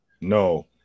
No